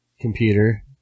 computer